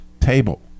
table